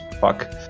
fuck